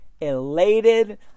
elated